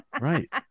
Right